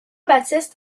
baptiste